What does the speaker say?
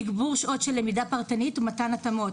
תגבור שעות של למידה פרטנית ומתן התאמות.